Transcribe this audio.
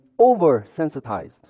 oversensitized